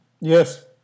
Yes